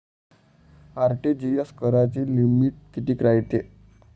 RTGS कराची limit कितीक रायते?